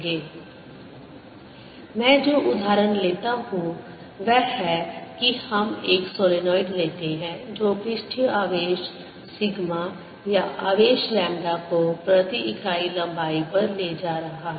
S10EB Momentumvolume0 Angular moemntumvolume0r× मैं जो उदाहरण लेता हूं वह है कि हम एक सोलनॉइड लेते हैं जो पृष्ठीय आवेश सिग्मा या आवेश लैम्ब्डा को प्रति इकाई लंबाई पर ले जा रहा है